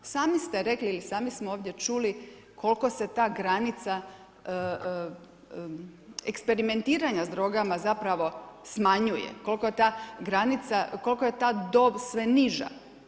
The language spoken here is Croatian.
Sami ste rekli ili sami smo ovdje čuli koliko se ta granica eksperimentiranja sa drogama zapravo smanjuje, koliko je ta dob sve niža.